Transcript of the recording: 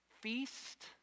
feast